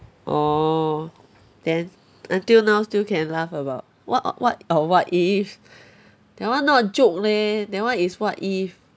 orh then until now still can laugh about what what orh what if that one not joke leh that one is what if